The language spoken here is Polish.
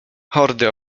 hordy